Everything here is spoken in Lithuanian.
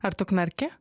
ar tu knarki